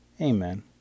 Amen